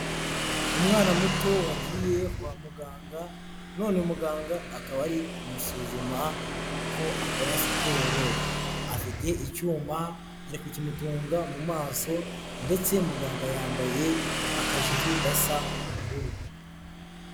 Umwana muto wagiye kwa muganga none muganga akaba ari kumusuzuma ko akora siporo, afite icyuma ari kukimutunga mu maso, ndetse muganga yambaye akajiri gasa ubururu.